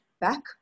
back